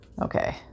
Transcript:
Okay